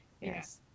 Yes